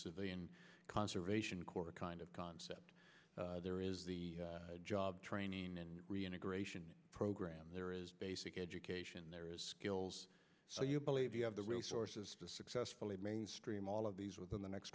civilian conservation corps kind of concept there is the job training and reintegration program there is basic education there is skills so you believe you have the resources to successfully mainstream all of these within the next